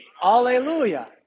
Hallelujah